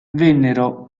vennero